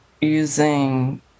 using